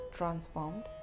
transformed